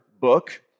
book